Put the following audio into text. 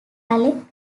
alec